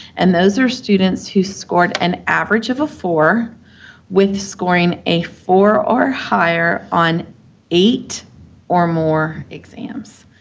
and those are students who scored an average of a four with scoring a four or higher on eight or more exams.